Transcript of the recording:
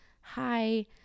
hi